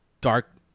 dark